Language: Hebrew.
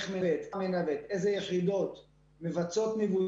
איזה יחידות מבצעות ניווט